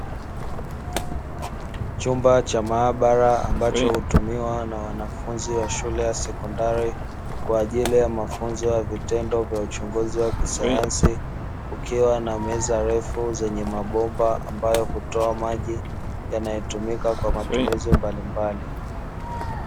Chumba cha maabara ambacho hutumiwa na wanafunzi wa shule ya sekondari, kwa ajili ya mafunzo ya vitendo vya uchunguzi wa sayansi, kukiwa na meza ndefu zenye mabomba ambayo hutoa maji yanayotumika kwa matumizi mbalimbali.